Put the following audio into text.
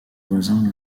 voisin